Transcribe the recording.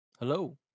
hello